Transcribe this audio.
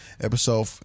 Episode